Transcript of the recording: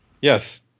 Yes